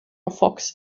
fox